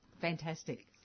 Fantastic